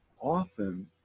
often